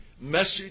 message